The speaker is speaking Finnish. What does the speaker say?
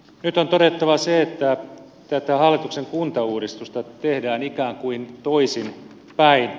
nyt on todettava että tätä hallituksen kuntauudistusta tehdään ikään kuin toisin päin